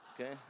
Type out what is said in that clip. Okay